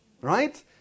right